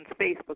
Facebook